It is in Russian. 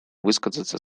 высказаться